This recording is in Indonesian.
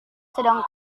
sedang